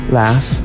laugh